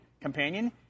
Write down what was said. companion